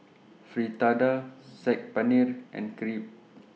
Fritada Saag Paneer and Crepe